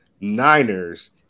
Niners